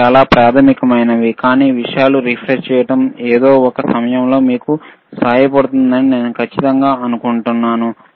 ఇవి చాలా ప్రాథమికమైనవి కాని విషయాలను రిఫ్రెష్ చేయడం ఏదో ఒక సమయంలో మీకు సహాయపడుతుందని నేను ఖచ్చితంగా అనుకుంటున్నాను